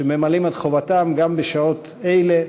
שממלאים את חובתם גם בשעות אלה,